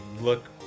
look